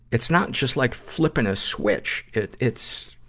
it's not just like flipping a switch. it, it's,